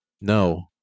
no